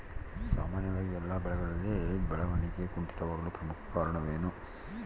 ಸಾಮಾನ್ಯವಾಗಿ ಎಲ್ಲ ಬೆಳೆಗಳಲ್ಲಿ ಬೆಳವಣಿಗೆ ಕುಂಠಿತವಾಗಲು ಪ್ರಮುಖ ಕಾರಣವೇನು?